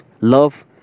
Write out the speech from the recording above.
love